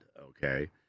okay